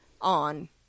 on